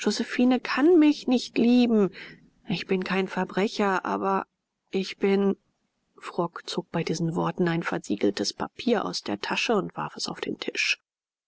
josephine kann mich nicht lieben ich bin kein verbrecher aber ich bin frock zog bei diesen worten ein versiegeltes papier aus der tasche und warf es auf den tisch